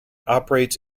operates